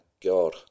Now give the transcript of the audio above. God